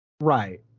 Right